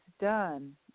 done